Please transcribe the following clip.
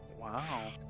Wow